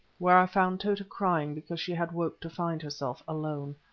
where i found tota crying because she had woke to find herself alone.